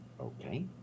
Okay